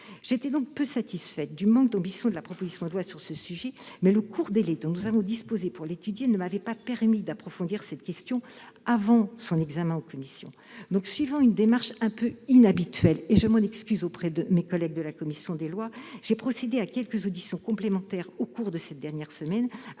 J'étais donc peu satisfaite du manque d'ambition de la proposition de loi sur le sujet, mais le court délai dont nous avons disposé pour l'étudier ne m'avait pas permis d'approfondir cette question avant son examen en commission. Suivant une démarche un peu inhabituelle, dont je prie mes collègues de la commission des lois de bien vouloir m'excuser, j'ai donc procédé à quelques auditions complémentaires au cours de la semaine